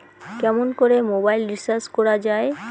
কেমন করে mobile recharge করা য়ায়?